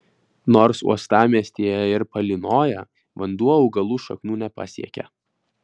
nors uostamiestyje ir palynoja vanduo augalų šaknų nepasiekia